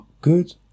good